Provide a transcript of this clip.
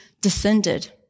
descended